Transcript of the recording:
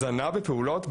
הזנה בפעולות,